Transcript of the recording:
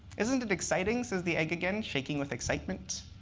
isn't it exciting, says the egg again, shaking with excitement.